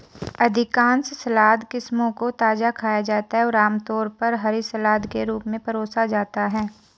अधिकांश सलाद किस्मों को ताजा खाया जाता है और आमतौर पर हरी सलाद के रूप में परोसा जाता है